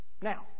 Now